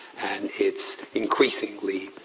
and it's increasingly,